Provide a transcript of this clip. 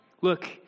Look